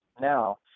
now